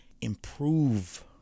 improve